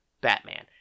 Batman